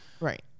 right